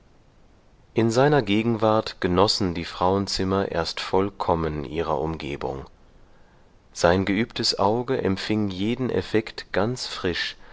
in seiner gegenwart genossen die frauenzimmer erst vollkommen ihrer umgebung sein geübtes auge empfing jeden effekt ganz frisch